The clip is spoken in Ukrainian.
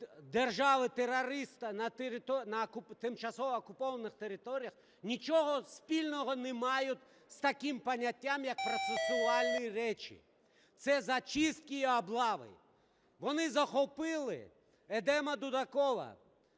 держави-терориста на тимчасово окупованих територіях нічого спільного не мають з таким поняттям, як процесуальні речі. Це зачистки і облави, вони захопили Едема Дудакова,